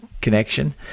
connection